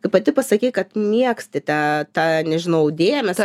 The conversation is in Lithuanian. kaip pati pasakei kad mėgsti tą tą nežinau dėmesio